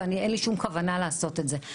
ואין לי שום כוונה לעשות את זה.